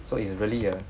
so it's really a